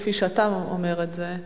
כפי שאתה אומר את זה,